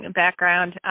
background